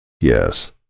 Yes